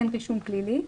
אין רישום פלילי.